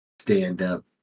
stand-up